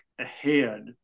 ahead